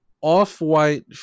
off-white